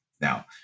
Now